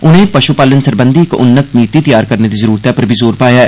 उनें पश्पालन सरबंधी इक उन्नत नीति तैयार करने दी जरूरतै पर बी जोर पाया ऐ